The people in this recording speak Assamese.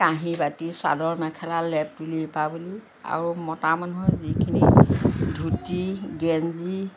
কাঁহী বাতি চাদৰ মেখেলা লেপ তুলী আৰু মতা মানুহৰ যিখিনি ধুতি গেঞ্জী